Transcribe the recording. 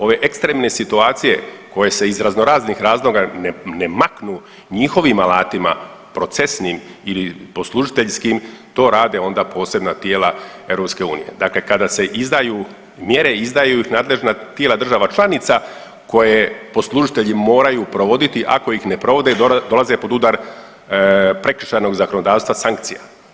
Ove ekstremne situacije koje se iz razno raznih razloga ne maknu njihovim alatima procesnim ili poslužiteljskim to rade onda posebna tijela EU, dakle kada se izdaju mjere izdaju ih nadležna tijela država članica koje poslužitelji moraju provoditi, ako ih ne provode dolaze pod udar prekršajnog zakonodavstva sankcija.